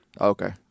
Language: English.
Okay